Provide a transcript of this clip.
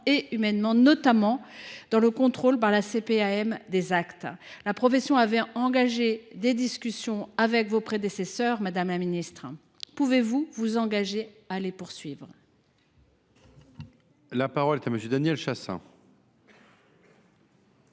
et humainement, notamment dans le cadre du contrôle des actes par la CPAM. La profession avait entamé des discussions avec vos prédécesseurs, madame la ministre. Pouvez vous vous engager à les poursuivre ? La parole est à M. Daniel Chasseing,